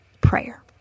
prayer